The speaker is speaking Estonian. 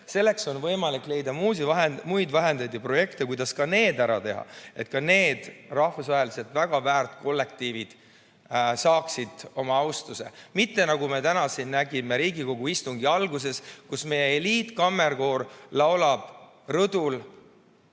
Selleks on võimalik leida muid vahendeid ja projekte, kuidas ka need ära teha, et need rahvusvaheliselt väga väärt kollektiivid saaksid teenitud austuse. Mitte nagu me täna siin nägime Riigikogu istungi alguses, kus meie eliitkammerkoor laulab rõdul